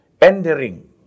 entering